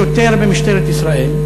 שוטר במשטרת ישראל,